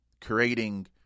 creating